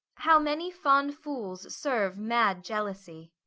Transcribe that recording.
how many fond fools serve mad jealousy!